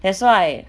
that's why